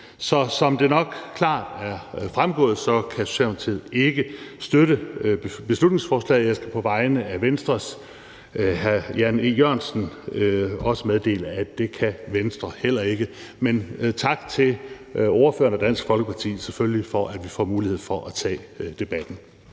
Så som det nok klart er fremgået, kan Socialdemokratiet ikke støtte beslutningsforslaget. Jeg skal på vegne af Venstres hr. Jan E. Jørgensen meddele, at det kan Venstre heller ikke. Men selvfølgelig tak til forslagsstillerne og Dansk Folkeparti for, at vi får mulighed for at tage debatten.